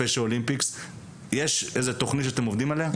יש משהו שהתחלתם לעבוד עליו?